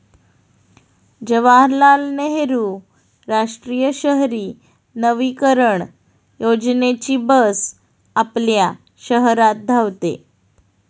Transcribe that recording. जवाहरलाल नेहरू राष्ट्रीय शहरी नवीकरण योजनेची बस आपल्या शहरात धावते